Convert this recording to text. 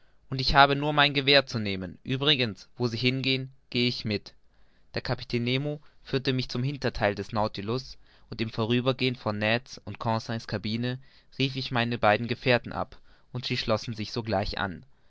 und ich habe nur mein gewehr zu nehmen uebrigens wo sie hingehen gehe ich mit der kapitän nemo führte mich zum hintertheil des nautilus und im vorübergehen vor ned's und conseil's cabine rief ich meine beiden gefährten ab und sie schlossen sich sogleich an